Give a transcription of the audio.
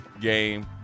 game